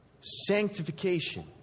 Sanctification